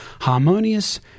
harmonious